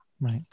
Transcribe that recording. Right